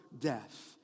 death